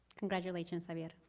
congratulations, javier.